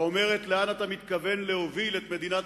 האומרת לאן אתה מתכוון להוביל את מדינת